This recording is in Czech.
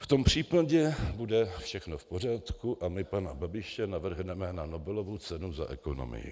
V tom případě bude všechno v pořádku a my pana Babiše navrhneme na Nobelovu cenu za ekonomii.